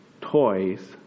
toys